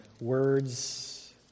words